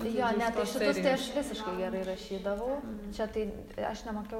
jo ne tai šitus tai aš visiškai gerai rašydavau čia tai aš nematau